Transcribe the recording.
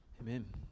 Amen